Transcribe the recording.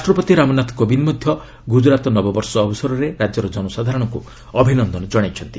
ରାଷ୍ଟ୍ରପତି ରାମନାଥ କୋବିନ୍ଦ୍ ମଧ୍ୟ ଗୁଜରାତୀ ନବବର୍ଷ ଅବସରରେ ରାଜ୍ୟର ଜନସାଧାରଣଙ୍କୁ ଅଭିନନ୍ଦନ କ୍କଶାଇଛନ୍ତି